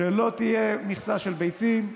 שלא תהיה מכסה של ביצים,